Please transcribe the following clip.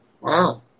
wow